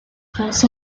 press